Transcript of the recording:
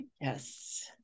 Yes